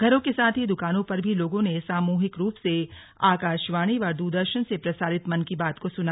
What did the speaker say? घरों के साथ ही दुकानों पर भी लोगों ने सामूहिक रूप से आकाशवाणी व दूरदर्शन से प्रसारित मन की बात को सुना